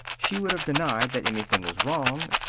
she would have denied that anything was wrong.